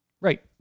Right